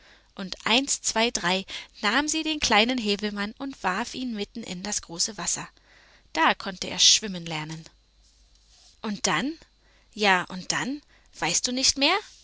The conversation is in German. und eins zwei drei nahm sie den kleinen häwelmann und warf ihn mitten in das große wasser da konnte er schwimmen lernen und dann ja und dann weißt du nicht mehr